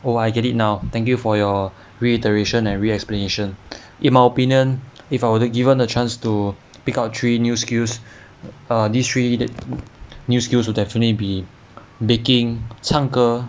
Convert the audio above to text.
oh I get it now thank you for your reiteration and re-explanation in my opinion if I were given a chance to pick out three new skills err this three new skills will definitely be baking 唱歌